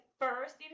first